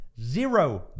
zero